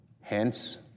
Hence